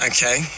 Okay